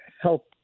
help